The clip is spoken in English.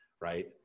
right